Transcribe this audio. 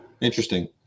Interesting